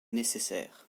nécessaire